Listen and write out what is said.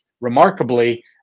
remarkably